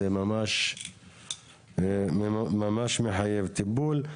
זה ממש מחייב טיפול.